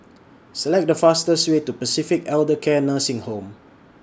Select The fastest Way to Pacific Elder Care Nursing Home